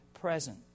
present